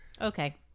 Okay